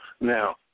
Now